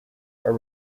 are